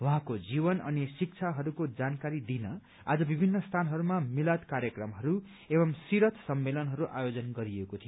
उहाँको जीवन अनि शिक्षाहरूको जानकारी दिन आज विभिन्न स्थानहरूमा मिलाद कार्यक्रमहरू एवं सीरत सम्मेलनहरूको आयोजन गरिएको थियो